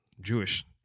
Jewish